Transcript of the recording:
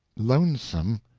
lonesome!